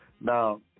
Now